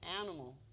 animal